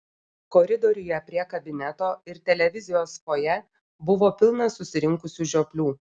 koridoriuje prie kabineto ir televizijos fojė buvo pilna susirinkusių žioplių